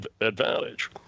advantage